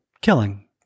killing